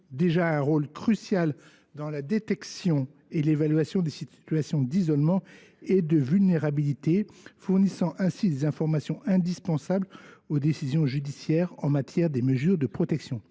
des patients, dans la détection et l’évaluation des situations d’isolement et de vulnérabilité, fournissant ainsi des informations indispensables aux décisions judiciaires en matière de mesures de protection.